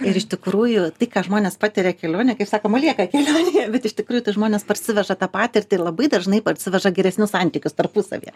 ir iš tikrųjų tai ką žmonės patiria kelionėj kaip sakoma lieka keliauja bet iš tikrųjų tai žmonės parsiveža tą patirtį ir labai dažnai parsiveža geresnius santykius tarpusavyje